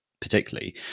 particularly